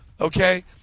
okay